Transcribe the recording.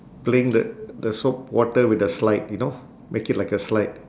playing the the soap water with the slide you know make it like a slide